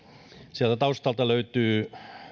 sieltä taustalta löytyy